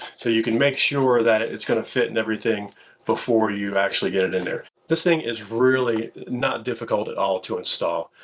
so, you can make sure that it's gonna fit and everything before you actually get it in there. this thing is really not difficult at all to install.